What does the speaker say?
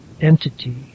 entity